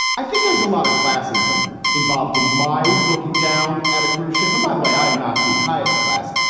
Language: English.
i think there's a lot of classism involved in my looking down at a cruise ship. and by the way, i am not the highest class,